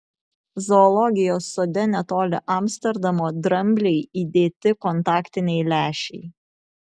zoologijos sode netoli amsterdamo dramblei įdėti kontaktiniai lęšiai